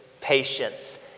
patience